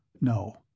No